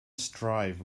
strive